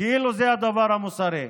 כאילו זה הדבר המוסרי.